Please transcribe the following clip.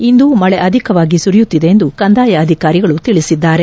ಇಂದು ಮಳೆ ಅಧಿಕವಾಗಿ ಸುರಿಯುತ್ತಿದೆ ಎಂದು ಕಂದಾಯ ಅಧಿಕಾರಿಗಳು ತಿಳಿಸಿದ್ದಾರೆ